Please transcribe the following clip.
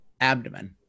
abdomen